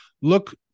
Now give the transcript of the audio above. look